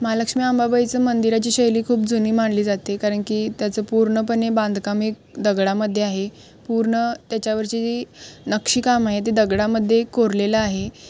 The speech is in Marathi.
महालक्ष्मी अंबाबाईचं मंदिराची शैली खूप जुनी मानली जाते कारण की त्याचं पूर्णपणे बांधकाम दगडामध्ये आहे पूर्ण त्याच्यावरची जी नक्षीकाम आहे ते दगडामध्ये कोरलेलं आहे